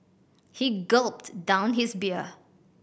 he gulped down his beer